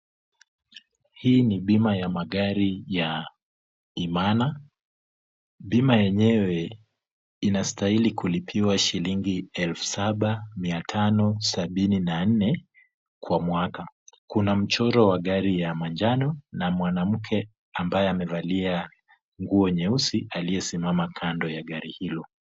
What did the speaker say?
Hii ni bima ya magari ya Imana, bima yenyewe inastahili kulipiwa shilingi 7,574 kwa mwaka. Kuna mchoro wa gari ya manjano na mwanamke ambaye amevalia nguo nyeusi aliyesimama kando ya gari hilo.